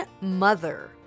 mother